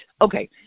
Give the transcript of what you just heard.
Okay